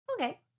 Okay